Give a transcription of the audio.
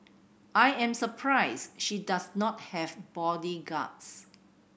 I am surprised she does not have bodyguards